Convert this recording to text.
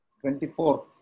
twenty-four